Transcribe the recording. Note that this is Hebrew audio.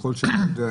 ככל שאני יודע,